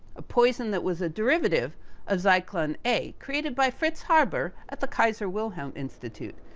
a poison that was a derivative of zyklon a, created by fritz haber, at the kaiser wilhelm institute,